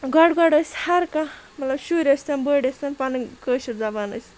گۄڈٕ گۄڈٕ ٲسۍ ہرکانٛہہ مطلب شُرۍ ٲسۍ تَن بٔڑۍ ٲسۍ تَن پنٕنۍ کٲشِر زبان أسۍ